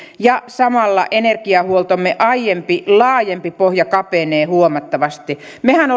ja samalla energiahuoltomme aiempi laajempi pohja kapenee huomattavasti mehän